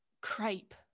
crepe